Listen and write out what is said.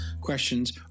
questions